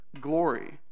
glory